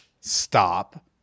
stop